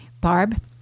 Barb